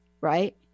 right